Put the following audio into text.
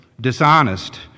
dishonest